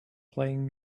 playing